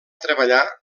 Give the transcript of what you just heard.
treballar